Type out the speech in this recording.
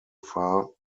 far